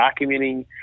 documenting